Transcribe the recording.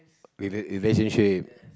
rela~ relationship